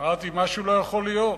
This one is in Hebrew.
אמרתי, משהו לא יכול להיות.